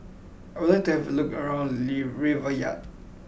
I would like to have a look around Riyadh